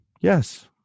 Yes